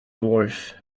dwarf